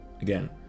again